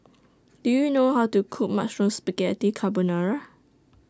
Do YOU know How to Cook Mushroom Spaghetti Carbonara